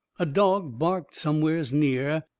a dog barked somewheres near,